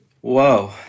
Whoa